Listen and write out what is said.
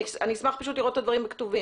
אני אשמח פשוט לראות את הדברים כתובים.